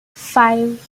five